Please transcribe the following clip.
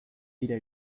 dira